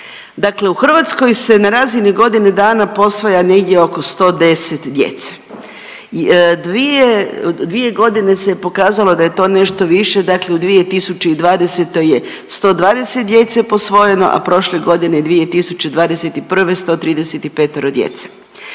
Dakle u Hrvatskoj se na razini godine dana posvaja negdje oko 110 djece. 2 godine se je pokazalo da je to nešto više, dakle u 2020. je 120 djece posvojeno, a prošle godine 2021. 135 djece.